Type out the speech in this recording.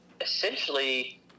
essentially –